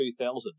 2000